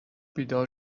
بیدار